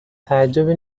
تعجبی